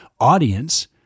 audience